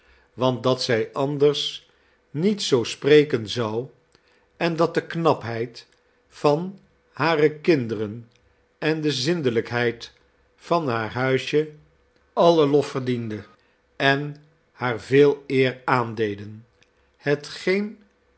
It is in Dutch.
want dat zij anders niet zoo spreken zou en dat de knapheid van hare kinderen en de zindelijkheid van haar huisje alien lof verdienden en haar veel eer aandeden hetgeen